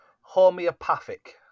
homeopathic